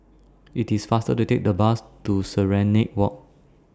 IT IS faster to Take The Bus to Serenade Walk